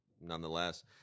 nonetheless